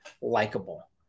likable